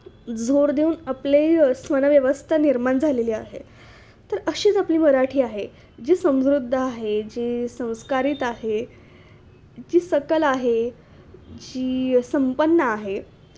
जोर देऊन आपले स्वरव्यवस्था निर्माण झालेली आहे तर अशीच आपली मराठी आहे जी समृद्ध आहे जी संस्कारित आहे जी सकल आहे जी संपन्न आहे